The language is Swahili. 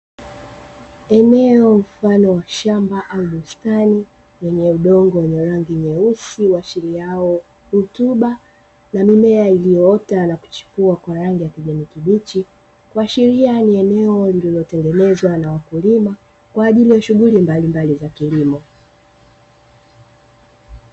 Eneo mfano wa shamba au bustani, lenye udongo wenye rangi nyeusi kuashiriao rutuba na mimea iliyoota na kuchipua kwa rangi ya kijani kibichi; kuashiria ni eneo lililotengenezwa na wakulima kwa ajili ya shughuli mbalimbali za kilimo.